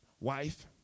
wife